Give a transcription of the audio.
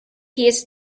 his